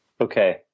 Okay